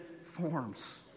forms